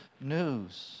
news